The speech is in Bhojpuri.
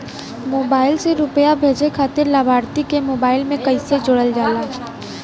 मोबाइल से रूपया भेजे खातिर लाभार्थी के मोबाइल मे कईसे जोड़ल जाला?